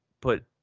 put